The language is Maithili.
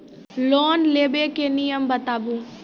लोन लेबे के नियम बताबू?